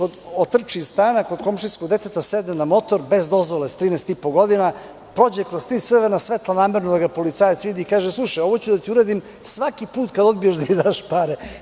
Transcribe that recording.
Otrči iz stana, kod komšijskog deteta sedne na motor bez dozvole, sa 13,5 godina, prođe kroz tri crvena svetla, namerno da ga policajac vidi, i kaže – slušaj ovo ću da ti uradim svaki put kad odbiješ da mi daš pare.